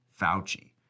Fauci